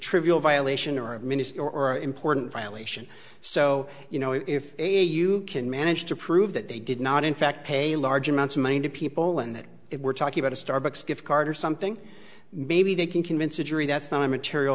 trivial violation or a minute or important violation so you know if a you can manage to prove that they did not in fact pay large amounts of money to people and that if we're talking about a starbucks gift card or something maybe they can convince a jury that's not a material